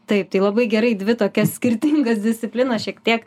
taip tai labai gerai dvi tokias skirtingas disciplinas šiek tiek